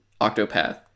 Octopath